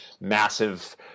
massive